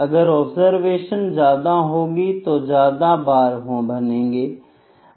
अगर ऑब्जरवेशन ज्यादा होंगी तो ज्यादा बार बनेंगे